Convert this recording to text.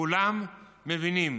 כולם מבינים